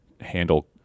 handle